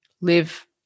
live